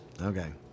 Okay